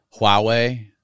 Huawei